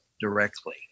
directly